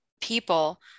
people